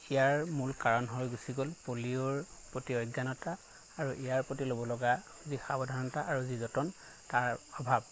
ইয়াৰ মূল কাৰণ হৈ গুচি গ'ল পলিঅ'ৰ প্ৰতি অজ্ঞানতা আৰু ইয়াৰ প্ৰতি ল'ব লগা যি সাৱধানতা আৰু যি যতন তাৰ অভাৱ